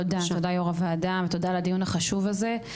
תודה, תודה יו"ר הוועדה ותודה על הדיון החשוב הזה.